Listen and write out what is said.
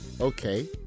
Okay